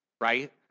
right